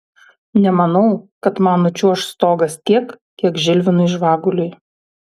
nemanau kad man nučiuoš stogas tiek kiek žilvinui žvaguliui